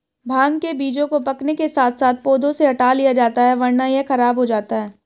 भांग के बीजों को पकने के साथ साथ पौधों से हटा लिया जाता है वरना यह खराब हो जाता है